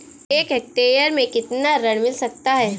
एक हेक्टेयर में कितना ऋण मिल सकता है?